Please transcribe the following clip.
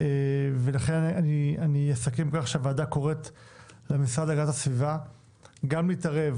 לכן אני אסכם כך שהוועדה קוראת למשרד להגנת הסביבה גם להתערב